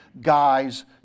guys